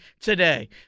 today